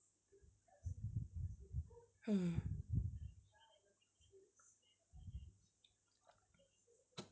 hmm